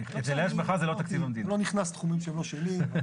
אני לא נכנס לתחומים שהם לא שלי.